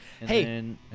Hey